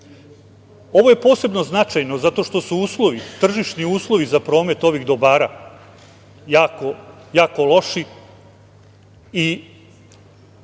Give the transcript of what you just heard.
Ovo je posebno značajno zato što su tržišni uslovi za promet ovih dobara jako loše i